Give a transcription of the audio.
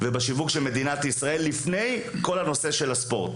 לפני הנושא של הספורט.